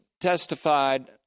testified